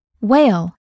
Whale